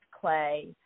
clay